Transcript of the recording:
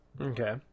Okay